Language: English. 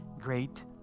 great